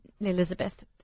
Elizabeth